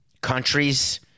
countries